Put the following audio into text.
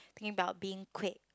thinking about being quick